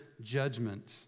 judgment